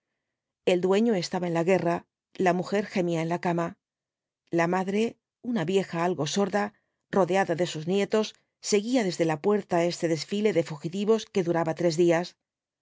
el dueño estaba en la guerra la mujer gemía n la cama la madre una vieja algo sorda rodeada de sus nietos seguía desde la puerta este desfile de fugitivos que duraba tres días